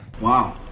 wow